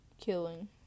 killing